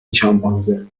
شامپانزه